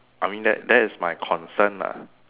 I mean that that is my concern lah